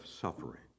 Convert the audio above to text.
suffering